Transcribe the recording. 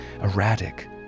erratic